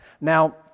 Now